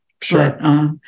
Sure